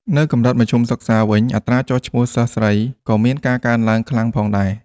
នៅកម្រិតមធ្យមសិក្សាវិញ អត្រាចុះឈ្មោះសិស្សស្រីក៏មានការកើនឡើងខ្លាំងផងដែរ។